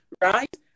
Right